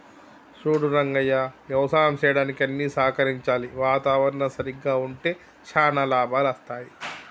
సూడు రంగయ్య యవసాయం సెయ్యడానికి అన్ని సహకరించాలి వాతావరణం సరిగ్గా ఉంటే శానా లాభాలు అస్తాయి